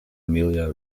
emilia